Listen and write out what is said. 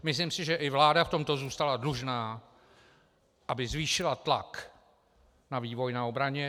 Myslím si, že i vláda v tomto zůstala dlužná, aby zvýšila tlak na vývoj na obraně.